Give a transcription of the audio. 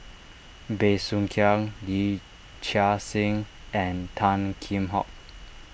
Bey Soo Khiang Yee Chia Hsing and Tan Kheam Hock